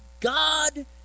God